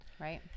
Right